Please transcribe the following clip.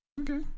Okay